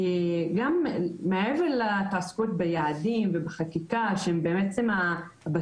גם מעבר להתעסקות ביעדים ובחקיקה שבעצם מהווים את